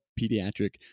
pediatric